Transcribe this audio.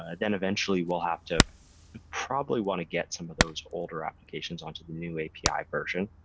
ah then, eventually, we'll have to probably want to get some of those older applications onto the new api version.